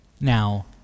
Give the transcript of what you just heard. now